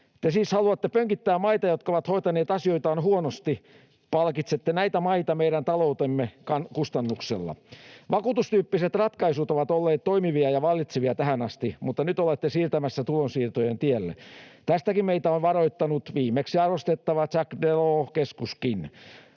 Te siis haluatte pönkittää maita, jotka ovat hoitaneet asioitaan huonosti, palkitsette näitä maita meidän taloutemme kustannuksella. Vakuutustyyppiset ratkaisut ovat olleet toimivia ja vallitsevia tähän asti, mutta nyt olette siirtymässä tulonsiirtojen tielle. Tästäkin meitä on varoittanut viimeksi arvostettava Jacques Delors -keskuskin.